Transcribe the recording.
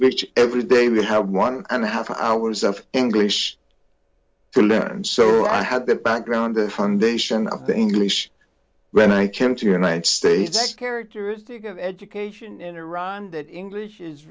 which every day we have one and a half hours of english to learn so i had that background the foundation of the english when i came to united states a characteristic of education in iran that english is